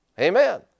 Amen